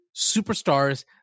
superstars